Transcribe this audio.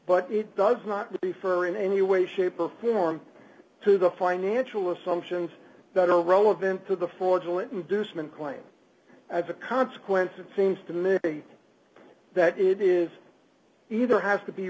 but it does not refer in any way shape or form to the financial assumptions that are relevant to the fraudulent inducement claim as a consequence it seems to me that it is either has to be